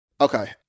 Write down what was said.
Okay